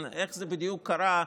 איך זה בדיוק קרה,